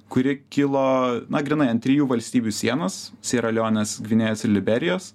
kuri kilo na grynai ant trijų valstybių sienos siera leonės gvinėjos ir liberijos